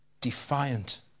Defiant